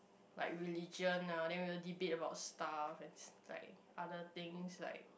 like religion ah and we will debate about stuff and s~ like other things like